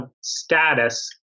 status